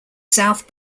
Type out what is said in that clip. south